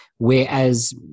whereas